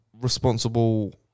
responsible